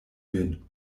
min